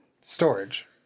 Storage